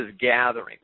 gathering